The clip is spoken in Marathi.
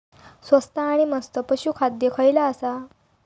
स्वस्त आणि मस्त पशू खाद्य खयला आसा?